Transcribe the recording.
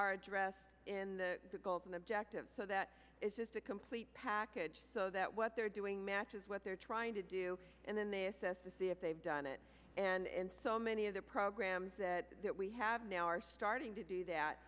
are addressed in the goals and objectives so that it's just a complete package so that what they're doing matches what they're trying to do and then they assess to see if they've done it and so many of the programs that we have now are starting to do that